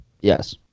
Yes